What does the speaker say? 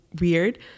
weird